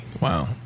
Wow